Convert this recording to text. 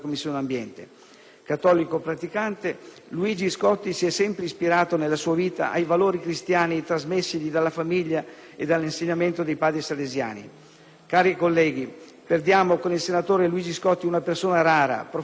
Cattolico praticante, Luigi Scotti si è sempre ispirato nella sua vita ai valori cristiani trasmessigli dalla famiglia e dall'insegnamento dei padri salesiani. Cari colleghi, perdiamo con il senatore Luigi Scotti una persona rara, profondamente buona,